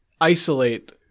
isolate